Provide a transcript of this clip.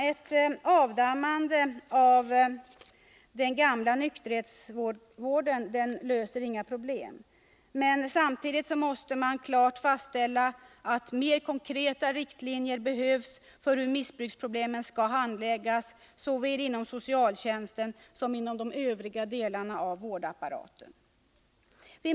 Ett avdammande av den gamla nykterhetsvården löser inga problem. Samtidigt måste emellertid klart fastslås att mer konkreta riktlinjer behövs för hur missbruksproblemen skall handläggas inom såväl socialtjänsten som övriga delar av vårdapparaten.